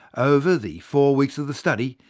over the four weeks of the study,